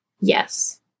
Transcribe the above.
yes